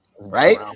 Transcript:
right